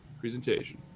presentation